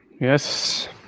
Yes